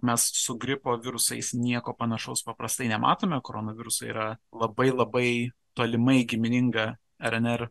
mes su gripo virusais nieko panašaus paprastai nematome koronavirusai yra labai labai tolimai gimininga rnr